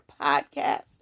podcast